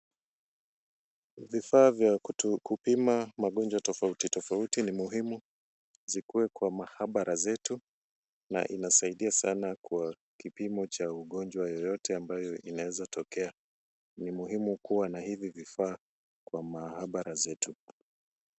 Vifaa vya kupima magonjwa tofauti tofauti ni muhimu zikuwe kwa maabara zetu na inasaidia sana kwa kipimo cha ugonjwa yoyote ambayo inaweza tokea. Ni muhimu kuwa na hivi vifaa kwa maabara zetu.